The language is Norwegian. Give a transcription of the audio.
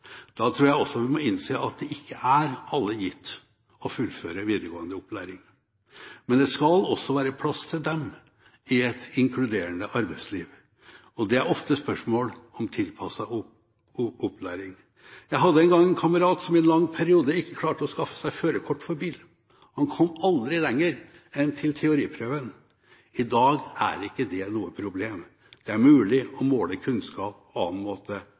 Da tror jeg også vi må innse at det ikke er alle gitt å fullføre videregående opplæring, men det skal også være plass til dem i et inkluderende arbeidsliv. Det er ofte spørsmål om tilpasset opplæring. Jeg hadde en gang en kamerat som en lang periode ikke klarte å skaffe seg førerkort for bil. Han kom aldri lenger enn til teoriprøven. I dag er ikke det noe problem, det er mulig å måle kunnskap på annen måte.